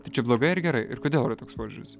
tai čia blogai ar gerai ir kodėl yra toks požiūris